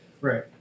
Right